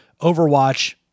Overwatch